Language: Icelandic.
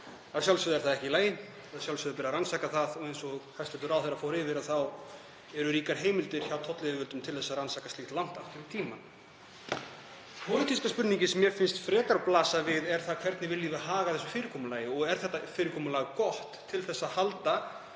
Að sjálfsögðu er það ekki í lagi. Að sjálfsögðu ber að rannsaka það, og eins og hæstv. ráðherra fór yfir þá eru ríkar heimildir hjá tollyfirvöldum til að rannsaka slíkt langt aftur í tímann. Pólitíska spurningin sem mér finnst frekar blasa við er: Hvernig viljum við haga þessu fyrirkomulagi og er þetta fyrirkomulag gott til að halda